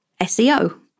SEO